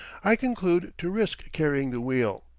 i conclude to risk carrying the wheel.